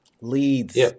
leads